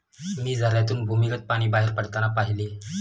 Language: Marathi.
मी झऱ्यातून भूमिगत पाणी बाहेर पडताना पाहिले